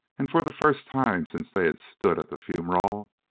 and, for the first time since they had stood at the fumerole,